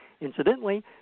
Incidentally